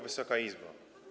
Wysoka Izbo!